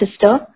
sister